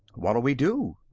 what'll we do?